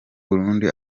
burundi